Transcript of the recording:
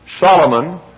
Solomon